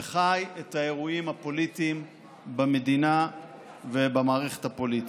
וחי את האירועים במדינה ובמערכת הפוליטית.